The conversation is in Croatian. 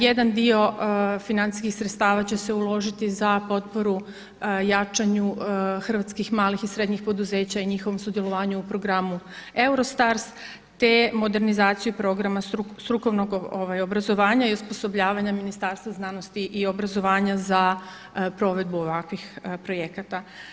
Jedan dio financijskih sredstava će se uložiti za potporu jačanju hrvatskih malih i srednjih poduzeća i njihovom sudjelovanju u programu Eurostars, te modernizaciju programa strukovnog obrazovanja i osposobljavanja Ministarstva znanosti i obrazovanja za provedbu ovakvih projekata.